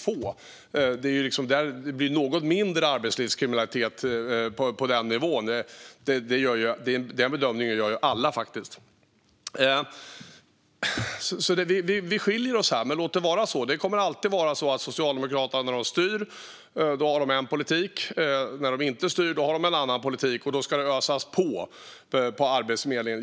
På den nivån blir det mindre arbetskraftskriminalitet. Den bedömningen gör alla. Vi skiljer oss här, och så får det vara. Socialdemokraterna kommer alltid ha en politik när de styr och en annan när de är inte styr, och då ska det ösas pengar på Arbetsförmedlingen.